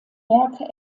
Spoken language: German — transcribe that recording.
werke